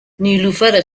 نیلوفر